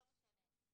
לא משנה.